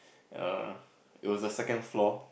yea it was a second floor